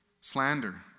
Slander